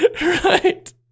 Right